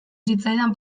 zitzaidan